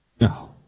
No